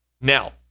Now